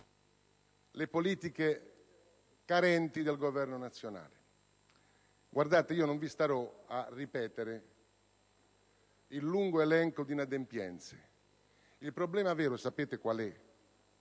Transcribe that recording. alle politiche carenti del Governo nazionale. Io non starò a ripetere il lungo elenco di inadempienze. Il problema vero sapete qual è?